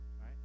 right